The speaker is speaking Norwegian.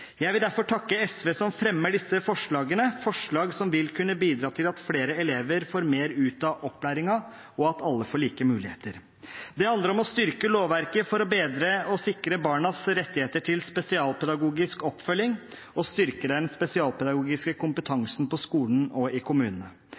Jeg vil derfor takke SV, som fremmer disse forslagene – forslag som vil kunne bidra til at flere elever får mer ut av opplæringen, og at alle får like muligheter. Det handler om å styrke lovverket for å bedre og sikre barnas rettigheter til spesialpedagogisk oppfølging og å styrke den spesialpedagogiske